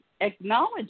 Acknowledge